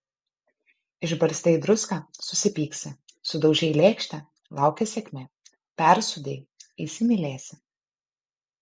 išbarstei druską susipyksi sudaužei lėkštę laukia sėkmė persūdei įsimylėsi